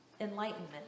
enlightenment